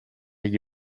gli